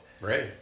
right